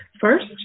First